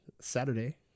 Saturday